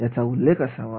याचा उल्लेख असावा